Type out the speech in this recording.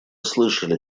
слышали